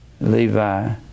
Levi